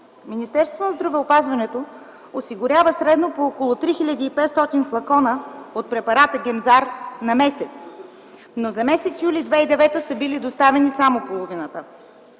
Министерството на здравеопазването осигурява средно по около 3500 флакона от препарата Гемзар на месец, но за м. юли 2009 г. са били доставени само половината.